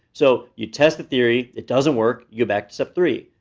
so, you test a theory, it doesn't work, go back to three,